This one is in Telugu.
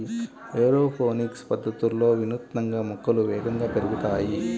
ఏరోపోనిక్స్ పద్ధతిలో వినూత్నంగా మొక్కలు వేగంగా పెరుగుతాయి